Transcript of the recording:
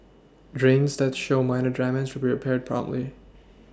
drains that show minor damage will be repaired promptly